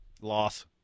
Loss